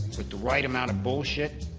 with the right amount of bullshit,